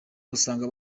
usanga